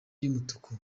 y’umutuku